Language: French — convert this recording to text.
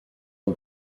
une